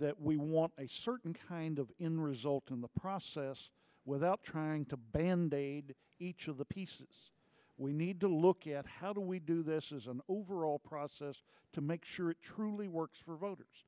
that we want a certain kind of in result in the process without trying to bandaid each of the pieces we need to look at how do we do this is an overall process to make sure it truly works for voters